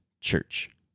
church